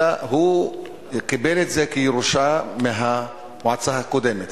אלא הוא קיבל את זה כירושה מהמועצה הקודמת.